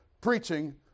preaching